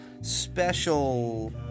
special